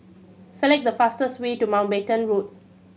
select the fastest way to Mountbatten Road